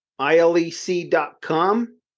ILEC.com